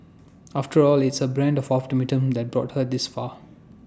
after all it's her brand of optimism that brought her this far